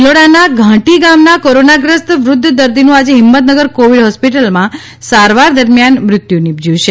ભિલોડાના ઘાંટી ગામના કોરોનાગ્રસ્ત વૃધ્ધ દર્દીનુ આજે હિમતનગર કોવિડ હોસ્પીટલમાં સારવાર દરમ્યાન મૃત્યુ નિપજયુ છે